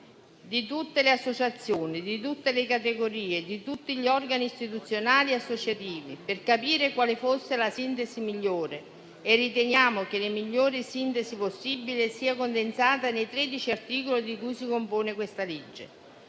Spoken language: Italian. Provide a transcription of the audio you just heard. di tutte le associazioni, di tutte le categorie e di tutti gli organi istituzionali e associativi, per capire quale fosse la sintesi migliore, e riteniamo che la migliore sintesi possibile sia condensata nei 13 articoli di cui si compone il disegno